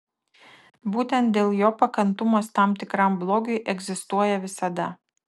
būtent dėl jo pakantumas tam tikram blogiui egzistuoja visada